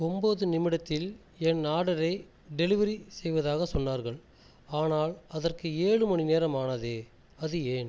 ஒன்பது நிமிடத்தில் என் ஆர்டரை டெலிவரி செய்வதாகச் சொன்னார்கள் ஆனால் அதற்கு ஏழு மணி நேரம் ஆனதே அது ஏன்